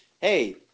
hey